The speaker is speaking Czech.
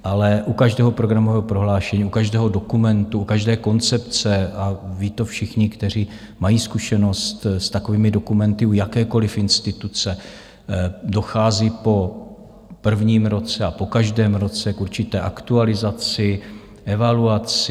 Ale u každého programového prohlášení, u každého dokumentu, u každé koncepce, a ví to všichni, kteří mají zkušenost s takovými dokumenty u jakékoliv instituce, dochází po prvním roce a po každém roce k určité aktualizaci, evaluaci.